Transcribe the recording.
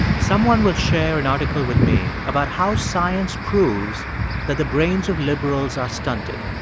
someone will share an article with me about how science proves that the brains of liberals are stunted.